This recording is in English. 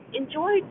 enjoy